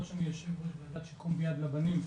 שאני יו"ר ועדת שיקום ביד לבנים,